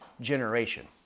generation